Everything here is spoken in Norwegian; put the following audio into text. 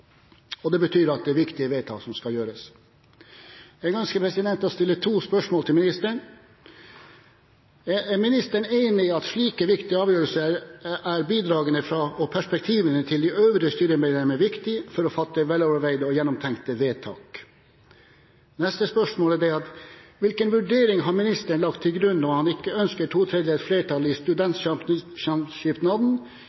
og det betyr at det er viktige vedtak som skal gjøres. Jeg ønsker å stille to spørsmål til ministeren. Er ministeren enig i at i slike viktige avgjørelser er bidragene og perspektivene til de øvrige styremedlemmene viktige for å fatte veloverveide og gjennomtenkte vedtak? Neste spørsmål er: Hvilken vurdering har ministeren lagt til grunn når han ikke ønsker to tredjedels flertall i